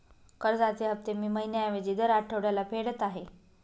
कर्जाचे हफ्ते मी महिन्या ऐवजी दर आठवड्याला फेडत आहे